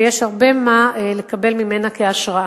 ויש הרבה מה לקבל ממנה כהשראה.